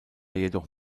jedoch